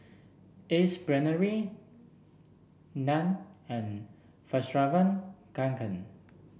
Ace Brainery Nan and Fjallraven Kanken